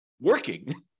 working